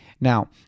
Now